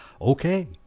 okay